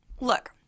Look